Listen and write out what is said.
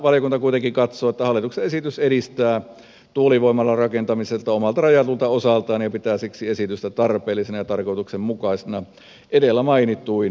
valiokunta kuitenkin katsoo että hallituksen esitys edistää tuulivoimalarakentamista omalta rajatulta osaltaan ja pitää siksi esitystä tarpeellisena ja tarkoituksenmukaisena edellä mainituin perustelutekstein